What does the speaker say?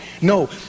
No